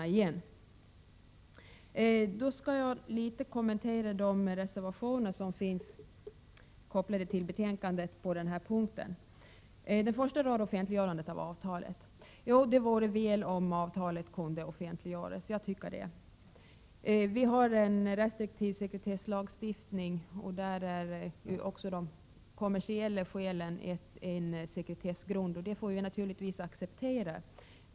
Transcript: Jag skall något kommentera de reservationer som finns fogade till betänkandet på denna punkt. Den första gäller offentliggörande av avtalet. Jag tycker att det vore väl om avtalet kunde offentliggöras. Vi har en restriktiv sekretesslagstiftning, och där är de kommersiella skälen en sekretessgrund. Det får vi naturligtvis acceptera.